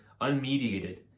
unmediated